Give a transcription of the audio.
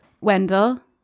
Wendell